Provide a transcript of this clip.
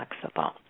flexible